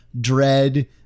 dread